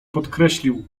podkreślił